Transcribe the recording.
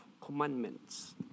commandments